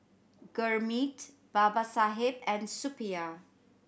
Gurmeet Babasaheb and Suppiah